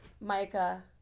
micah